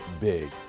big